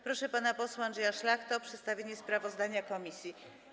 Proszę pana posła Andrzeja Szlachtę o przedstawienie sprawozdania komisji.